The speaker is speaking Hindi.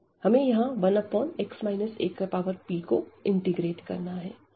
हमें यहां 1x ap को इंटीग्रेट करना है